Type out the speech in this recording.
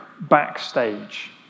backstage